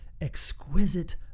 exquisite